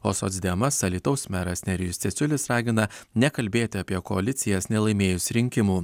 o socdemas alytaus meras nerijus cesiulis ragina nekalbėti apie koalicijas nelaimėjus rinkimų